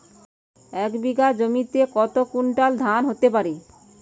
এক বিঘা জমিতে কত কুইন্টাল ধান হতে পারে?